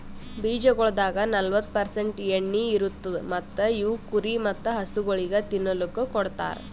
ಬೀಜಗೊಳ್ದಾಗ್ ನಲ್ವತ್ತು ಪರ್ಸೆಂಟ್ ಎಣ್ಣಿ ಇರತ್ತುದ್ ಮತ್ತ ಇವು ಕುರಿ ಮತ್ತ ಹಸುಗೊಳಿಗ್ ತಿನ್ನಲುಕ್ ಕೊಡ್ತಾರ್